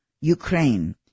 Ukraine